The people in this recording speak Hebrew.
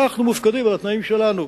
אנחנו מופקדים על התנאים שלנו,